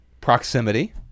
Proximity